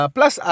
Plus